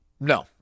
No